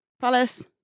Palace